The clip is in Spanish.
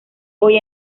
hoy